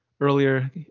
earlier